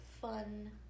fun